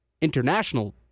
international